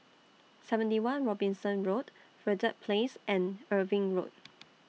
seventy one Robinson Road Verde Place and Irving Road